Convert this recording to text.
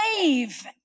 wave